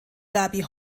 gaby